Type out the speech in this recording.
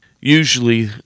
usually